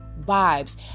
vibes